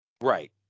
Right